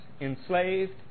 enslaved